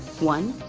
one,